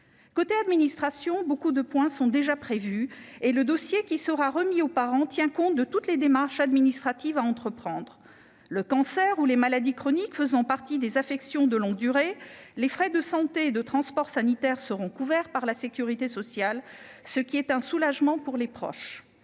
vue administratif, beaucoup de points sont déjà prévus et le dossier qui sera remis aux parents liste toutes les démarches administratives qu'ils devront entreprendre. Le cancer ou les maladies chroniques faisant partie des affections de longue durée, les frais de santé et de transport sanitaire seront couverts par la sécurité sociale, ce qui est un soulagement pour les proches.